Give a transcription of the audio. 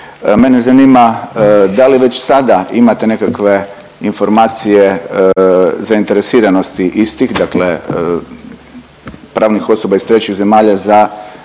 Mene zanima da li već sada imate nekakve informacije zainteresiranosti istih, dakle pravnih osoba iz trećih zemalja za